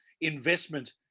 investment